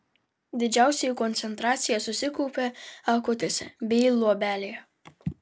didžiausia jų koncentracija susikaupia akutėse bei luobelėje